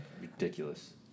Ridiculous